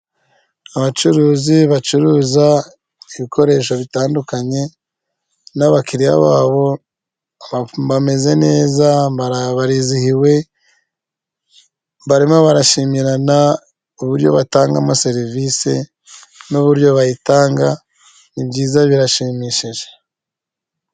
Abacuruzi bacuruza ibikoresho bitandukanye n'abakiliriya babo bameze neza barizihiwe barimo barashimirana uburyo batangamo serivisi n'uburyo bayitanga nibyiza birashimishije .